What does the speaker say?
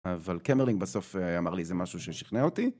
אבל קמרלינג בסוף אמר לי זה משהו ששכנע אותי